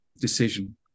decision